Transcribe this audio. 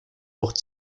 wucht